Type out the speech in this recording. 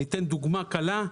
אציג דוגמה אחת.